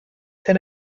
tan